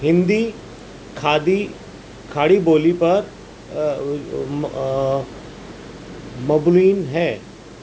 ہندی کھادی کھڑی بولی پر مبنی ہے